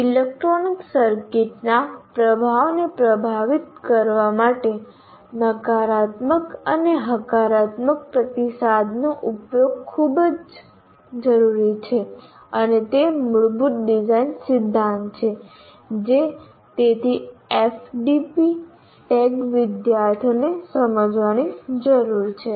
electronic સર્કિટના પ્રભાવને પ્રભાવિત કરવા માટે નકારાત્મક અને હકારાત્મક પ્રતિસાદનો ખૂબ જ ઉપયોગ એ મૂળભૂત ડિઝાઇન સિદ્ધાંત છે જે તેથી એફડીપી ટેગ વિદ્યાર્થીઓએ સમજવાની જરૂર છે